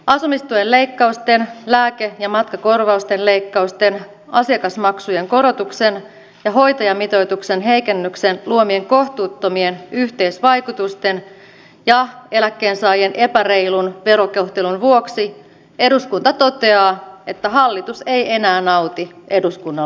asumistuen leikkausten lääke ja matkakorvausten leikkausten asiakasmaksujen korotuksen ja hoitajamitoituksen heikennyksen luomien kohtuuttomien yhteisvaikutusten ja eläkkeensaajien epäreilun verokohtelun vuoksi eduskunta toteaa että hallitus ei enää nauti eduskunnan luottamusta